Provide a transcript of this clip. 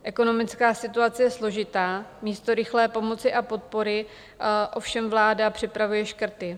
Ekonomická situace je složitá, místo rychlé pomoci a podpory ovšem vláda připravuje škrty.